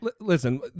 Listen